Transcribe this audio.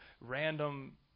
random